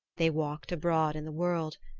they walked abroad in the world,